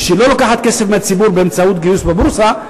שלא לוקחת כסף מהציבור באמצעות גיוס בבורסה,